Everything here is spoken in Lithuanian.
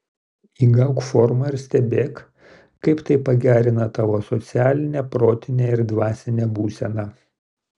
įgauk formą ir stebėk kaip tai pagerina tavo socialinę protinę ir dvasinę būseną